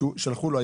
שלחו לו,